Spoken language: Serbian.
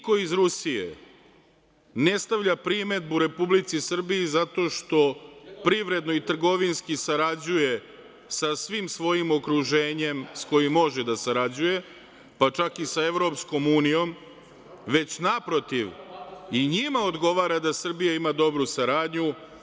Ako niko iz Rusije ne stavlja primedbu Republici Srbiji zato što privredno i trgovinski sarađuje sa svim svojim okruženjem s kojim može da sarađuje, pa čak i sa EU, već naprotiv i njima odgovara da Srbija ima dobru saradnju.